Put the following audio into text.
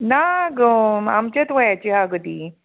ना गो आमचेच वयाचीं आहा गो तीं